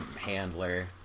Handler